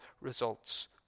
results